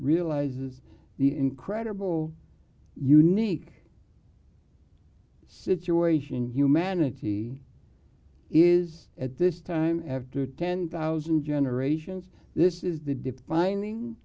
realizes the incredible unique situation humanity is at this time after ten thousand generations this is the defining